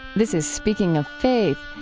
this is speaking of faith.